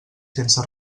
sense